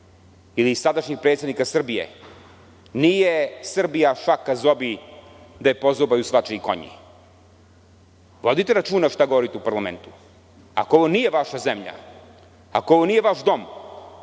Ili sadašnjeg predsednika Srbije: „Nije Srbija šaka zobi da je pozobaju svačiji konji“. Vodite računa šta govorite u parlamentu. Ako ovo nije vaša zemlja, ako ovo nije vaš dom,